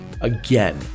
again